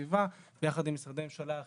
הסביבה וביחד עם משרדי ממשלה אחרים,